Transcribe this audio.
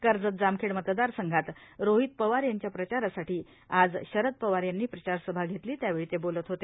कर्जत जामखेड मतदारसंघात रोहित पवार यांच्या प्रचारासाठी आजए शरद पवार यांनी प्रचार सभा घेतली त्यावेळी ते बोलत होते